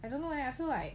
I don't know leh I feel like